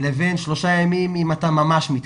לבין שלושה ימים אם אתה ממש מתקשה.